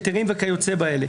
היתרים וכיוצא באלה.